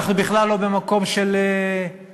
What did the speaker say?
אנחנו בכלל לא במקום של רצון,